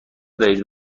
دهید